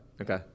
okay